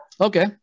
Okay